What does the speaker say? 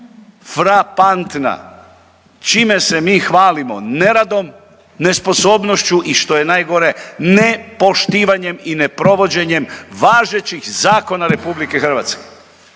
frapantna. Čime se mi hvalimo? Neradom, nesposobnošću i što je najgore ne poštivanjem i ne provođenjem važećih zakona RH.